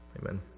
amen